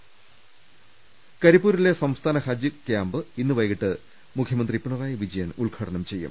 അർപ്പ്പെടു കരിപ്പൂരിലെ സംസ്ഥാന ഹജ്ജ് ക്യാമ്പ് ഇന്ന് വൈകീട്ട് മുഖ്യമന്ത്രി പിണ റായി വിജയൻ ഉദ്ഘാടനം ചെയ്യും